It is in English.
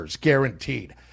guaranteed